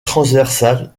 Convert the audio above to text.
transversale